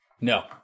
No